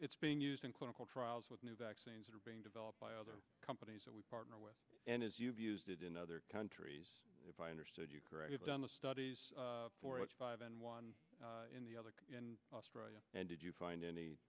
it's being used in clinical trials with new vaccines are being developed by other companies that we partner with and as you've used it in other countries if i understood you correctly on the studies four x five and one in the other in australia and did you find any